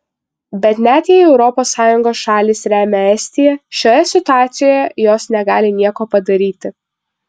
bet net jei europos sąjungos šalys remia estiją šioje situacijoje jos negali nieko padaryti